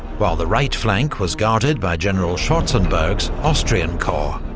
while the right flank was guarded by general schwarzenberg's austrian corps.